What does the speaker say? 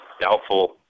doubtful